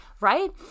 right